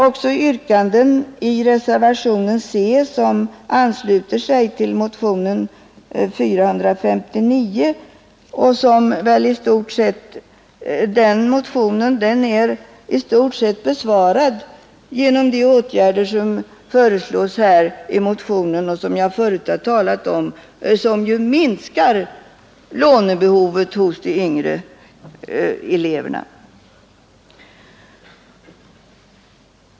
Reservationen vid punkten C anknyter till motionen 459 som i stort sett är besvarad genom de föreslagna åtgärderna, vilka minskar lånebehovet hos de yngre eleverna.